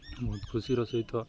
ବହୁତ ଖୁସିର ସହିତ